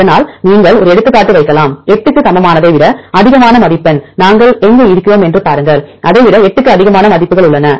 அதனால் நீங்கள் ஒரு எடுத்துக்காட்டு வைக்கலாம் 8 க்கு சமமானதை விட அதிகமான மதிப்பெண் நாங்கள் எங்கு இருக்கிறோம் என்று பாருங்கள் இதை விட 8 க்கும் அதிகமான மதிப்புகள் உள்ளன